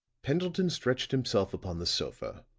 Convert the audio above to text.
pendleton stretched himself upon the sofa,